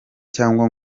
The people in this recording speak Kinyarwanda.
cyangwa